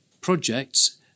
projects